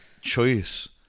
choice